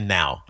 now